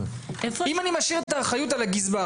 אם אני משאיר את האחריות על הגזבר,